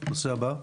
נושא הבא,